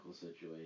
situation